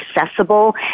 accessible